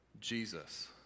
Jesus